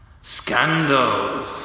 Scandal